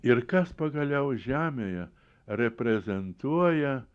ir kas pagaliau žemėje reprezentuoja